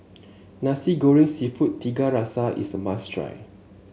Nasi Goreng seafood Tiga Rasa is a must try